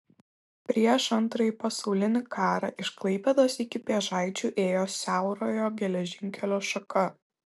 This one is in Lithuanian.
prieš antrąjį pasaulinį karą iš klaipėdos iki pėžaičių ėjo siaurojo geležinkelio šaka